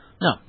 No